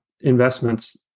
investments